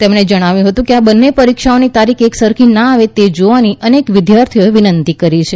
તેમણે જણાવ્યું હતું કે આ બંનેપરીક્ષાઓની તારીખો એક સરખી ના આવે તે જોવાની અનેક વિદ્યાર્થીઓએ વિનંતી કરી છે